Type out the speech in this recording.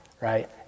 Right